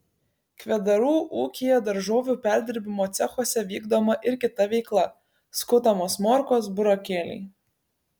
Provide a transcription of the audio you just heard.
kvedarų ūkyje daržovių perdirbimo cechuose vykdoma ir kita veikla skutamos morkos burokėliai